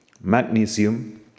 Magnesium